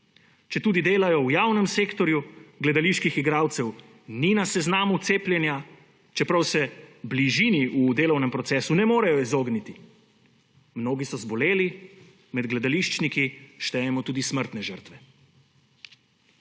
Četudi delajo v javnem sektorju, gledaliških igralcev ni na seznamu cepljenja, čeprav se bližini v delovnem procesu ne morejo izogniti. Mnogi so zboleli, med gledališčniki štejemo tudi smrtne žrtve.